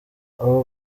aba